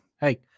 Hey